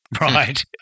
Right